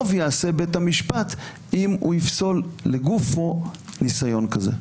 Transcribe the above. טוב יעשה בית המשפט אם הוא יפסול לגופו ניסיון כזה.